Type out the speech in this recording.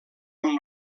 amb